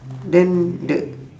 then the